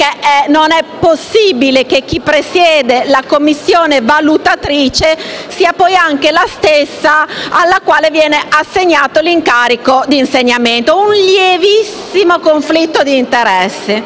è possibile che chi presiede la commissione valutatrice sia poi anche la stessa alla quale viene assegnato l'incarico di insegnamento; c'è un lievissimo conflitto di interessi.